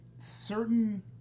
certain